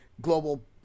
global